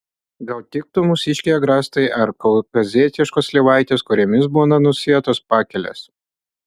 gal tiktų mūsiškiai agrastai ar kaukazietiškos slyvaitės kuriomis būna nusėtos pakelės